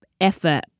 effort